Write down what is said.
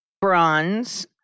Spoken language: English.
bronze